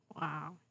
Wow